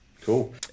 Cool